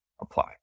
apply